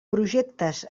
projectes